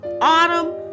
autumn